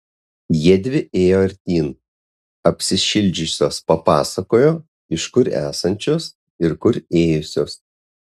jiedvi ėjo artyn apsišildžiusios papasakojo iš kur esančios ir kur ėjusios